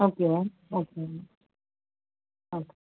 okay ma'am okay okay